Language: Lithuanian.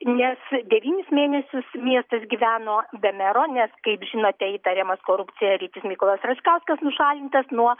nes devynis mėnesius miestas gyveno be mero nes kaip žinote įtariamas korupcija rytis mykolas račkauskas nušalintas nuo